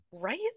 right